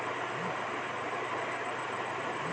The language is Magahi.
एन.बी.एफ.सी से लोन लेबे से आगेचलके कौनो दिक्कत त न होतई न?